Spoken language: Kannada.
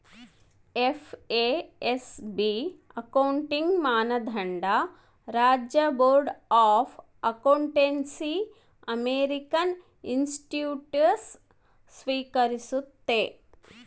ಎಫ್.ಎ.ಎಸ್.ಬಿ ಅಕೌಂಟಿಂಗ್ ಮಾನದಂಡ ರಾಜ್ಯ ಬೋರ್ಡ್ ಆಫ್ ಅಕೌಂಟೆನ್ಸಿಅಮೇರಿಕನ್ ಇನ್ಸ್ಟಿಟ್ಯೂಟ್ಸ್ ಸ್ವೀಕರಿಸ್ತತೆ